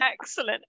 excellent